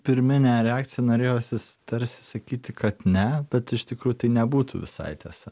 pirminė reakcija norėjosi tarsi sakyti kad ne bet iš tikrųjų tai nebūtų visai tiesa